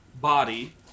body